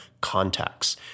contacts